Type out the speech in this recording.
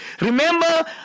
Remember